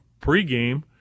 pregame